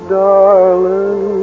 darling